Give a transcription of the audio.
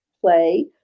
play